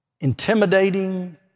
intimidating